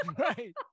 Right